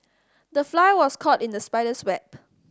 the fly was caught in the spider's web